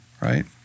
right